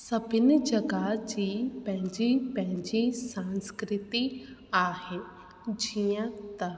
सभिनि जॻहि जी पंहिंजी पंहिंजी संस्कृति आहे जीअं त